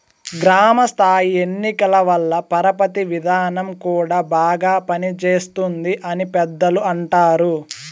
గ్రామ స్థాయి ఎన్నికల వల్ల పరపతి విధానం కూడా బాగా పనిచేస్తుంది అని పెద్దలు అంటారు